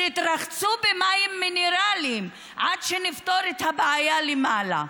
תתרחצו במים מינרליים עד שנפתור את הבעיה למעלה.